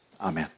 amen